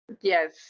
Yes